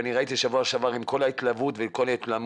בשבוע שעבר ראיתי את כל ההתלהמות ואת הרצון